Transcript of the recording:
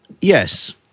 Yes